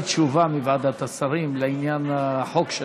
תשובה מוועדת השרים לעניין החוק שלה.